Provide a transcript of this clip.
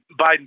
Biden